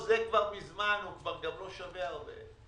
לא, זה כבר מזמן הוא גם כבר לא שווה הרבה.